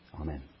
Amen